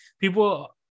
people